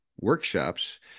workshops